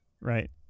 Right